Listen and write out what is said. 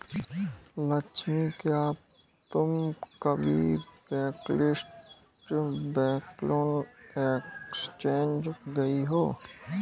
लक्ष्मी, क्या तुम कभी बॉम्बे स्टॉक एक्सचेंज गई हो?